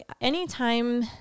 Anytime